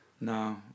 no